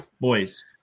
Boys